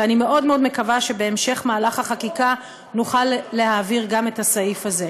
ואני מאוד מאוד מקווה שבהמשך מהלך החקיקה נוכל להעביר גם את הסעיף הזה.